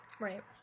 Right